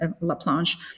Laplanche